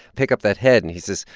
pick up that head. and he says,